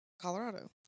Colorado